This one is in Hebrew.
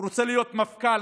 הוא רוצה להיות מפכ"ל-על.